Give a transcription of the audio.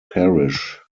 parish